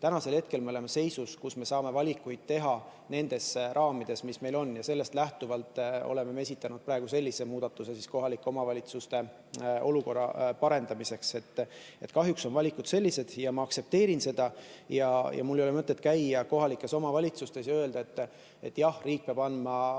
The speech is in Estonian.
juurde. Praegu me oleme seisus, kus me saame valikuid teha nendes raamides, mis meil on, ja sellest lähtuvalt oleme me esitanud praegu sellise muudatuse kohalike omavalitsuste olukorra parendamiseks. Kahjuks on valikud sellised. Ja ma aktsepteerin seda. Mul ei ole mõtet käia kohalikes omavalitsustes ja öelda, et riik peab andma